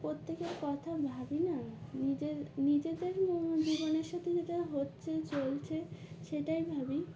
প্রত্যেকের কথা ভাবি না নিজের নিজেদের জীবনের সাথে যেটা হচ্ছে চলছে সেটাই ভাবি